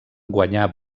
guanyà